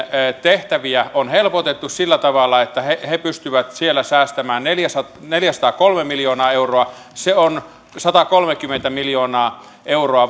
tehtäviä on helpotettu sillä tavalla että ne pystyvät siellä säästämään neljäsataakolme neljäsataakolme miljoonaa euroa se on satakolmekymmentä miljoonaa euroa